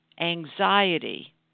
anxiety